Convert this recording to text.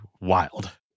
wild